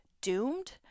doomed